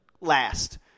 last